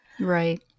Right